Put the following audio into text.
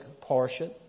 portion